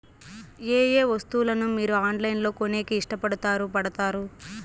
ఏయే వస్తువులను మీరు ఆన్లైన్ లో కొనేకి ఇష్టపడుతారు పడుతారు?